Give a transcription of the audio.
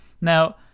now